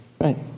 Right